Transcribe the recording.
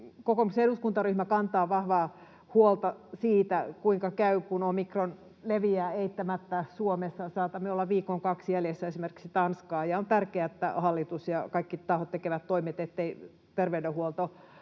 eduskuntaryhmä kantaa vahvaa huolta siitä, kuinka käy, kun omikron leviää eittämättä Suomessa. Saatamme olla viikon kaksi jäljessä esimerkiksi Tanskaa. On tärkeää, että hallitus ja kaikki tahot tekevät toimet, ettei terveydenhuolto